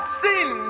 sin